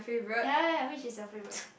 ya ya which is your favourite